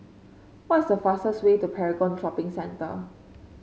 what's the fastest way to Paragon Shopping Centre